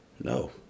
No